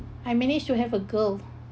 I managed to have a girl